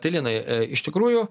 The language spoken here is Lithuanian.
tai linai iš tikrųjų